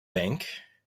bank